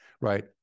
right